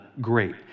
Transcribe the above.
great